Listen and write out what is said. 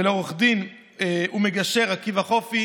ולעו"ד ומגשר עקיבא חופי,